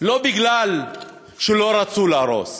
לא בגלל שלא רצו להרוס,